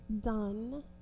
done